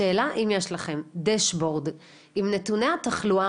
השאלה אם יש לכם דשבורד עם נתוני התחלואה